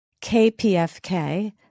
KPFK